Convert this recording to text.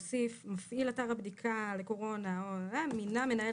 מפעיל אתר הבדיקה לקורונה או מינה מנהל